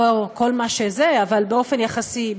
לא הכול אבל באופן יחסי,